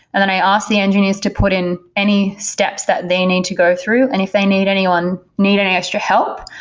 and then i ask the engineers to put in any steps that they need to go through, and if they need any one, need an extra help,